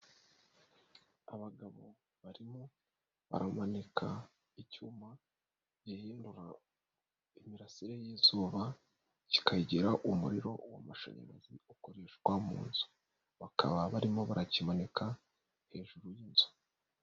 Abagabo barimo baramanika icyuma gihindura imirasire y'izuba kikayigira umuriro w'amashanyarazi ukoreshwa mu nzu, bakaba barimo barakimanika hejuru y'inzu.